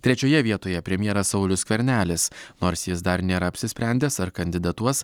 trečioje vietoje premjeras saulius skvernelis nors jis dar nėra apsisprendęs ar kandidatuos